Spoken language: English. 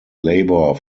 labour